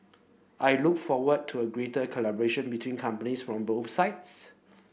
I look forward to greater collaboration between companies from both sides